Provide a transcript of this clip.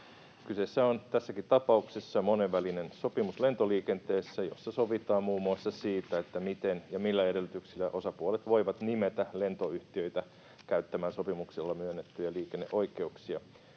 Kyseessä on tässäkin tapauksessa monenvälinen sopimus lentoliikenteessä, jossa sovitaan muun muassa siitä, miten ja millä edellytyksillä osapuolet voivat nimetä lentoyhtiöitä käyttämään sopimuksella myönnettyjä liikenneoikeuksia.